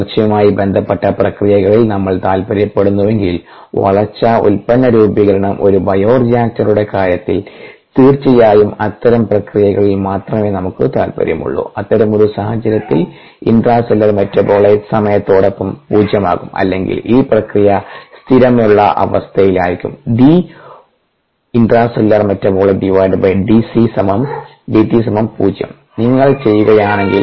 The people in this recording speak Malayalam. വളർച്ചയുമായി ബന്ധപ്പെട്ട പ്രക്രിയകളിൽ നമ്മൾ താൽപ്പര്യപ്പെടുന്നുവെങ്കിൽ വളർച്ച ഉൽപ്പന്ന രൂപീകരണം ഒരു ബയോറിയാക്ടറുടെ കാര്യത്തിൽ തീർച്ചയായും അത്തരം പ്രക്രിയകളിൽ മാത്രമേ നമുക്ക് താൽപ്പര്യമുള്ളൂ അത്തരമൊരു സാഹചര്യത്തിൽ ഇൻട്രാസെല്ലുലാർ മെറ്റാബോലൈറ്റ് സമയത്തോടൊപ്പം പൂജ്യമാകും അല്ലെങ്കിൽ ഈ പ്രക്രിയ സ്ഥിരതയുള്ള അവസ്ഥയിലായിരിക്കും